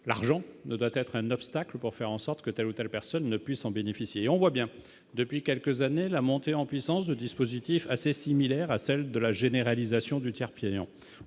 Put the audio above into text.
l'argent ne doit être un obstacle pour faire en sorte que telle ou telle personne ne puisse en bénéficier, on voit bien depuis quelques années, la montée en puissance de dispositif assez similaire à celle de la généralisation du tiers Pierre,